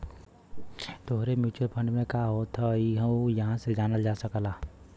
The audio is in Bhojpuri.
तोहरे म्युचुअल फंड में का होत हौ यहु इहां से जानल जा सकला